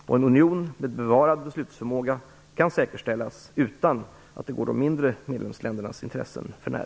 Och en union med bevarad beslutsförmåga kan säkerställas utan att det går de mindre medlemsländernas intressen för när.